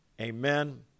Amen